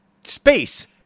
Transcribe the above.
space